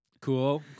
Cool